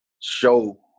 show